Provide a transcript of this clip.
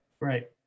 Right